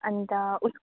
अन्त उस